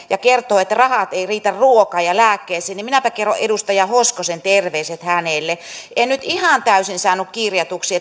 ja kertoo että rahat eivät riitä ruokaan ja lääkkeisiin niin minäpä kerron edustaja hoskosen terveiset hänelle en nyt ihan täysin saanut kirjatuksi